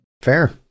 fair